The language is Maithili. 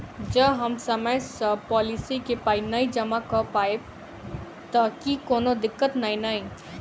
जँ हम समय सअ पोलिसी केँ पाई नै जमा कऽ पायब तऽ की कोनो दिक्कत नै नै?